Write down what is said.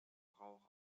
rauch